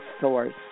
source